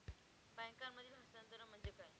बँकांमधील हस्तांतरण म्हणजे काय?